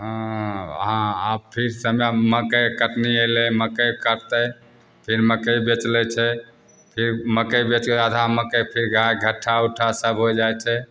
आब फेर समय मकइ कटनी अएलै मकइ काटतै फेर मकइ बेचि लै छै फेर मकइ बेचिके आधा मकइ फेर घट्ठा उट्ठा सब हो जाइ छै